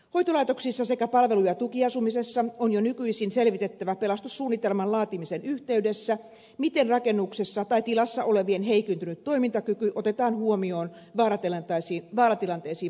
hoitolaitoksissa sekä palvelu ja tukiasumisessa on jo nykyisin selvitettävä pelastussuunnitelman laatimisen yhteydessä miten rakennuksessa tai tilassa olevien heikentynyt toimintakyky otetaan huomioon vaaratilanteisiin varautumisessa